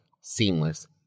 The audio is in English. seamless